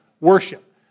worship